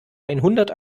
einhundert